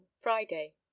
friday